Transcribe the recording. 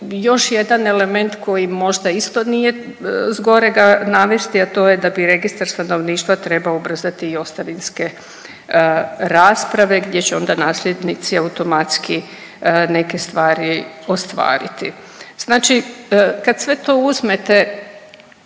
još jedan element koji možda isto nije zgorega navesti, a to je da bi Registar stanovništva trebao ubrzati i ostavinske rasprave gdje će onda nasljednici automatski neke stvari ostvariti. Znači kad sve to uzmete